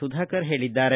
ಸುಧಾಕರ ಹೇಳಿದ್ದಾರೆ